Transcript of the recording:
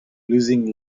losing